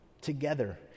together